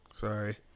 Sorry